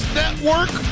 network